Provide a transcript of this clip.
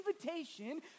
invitation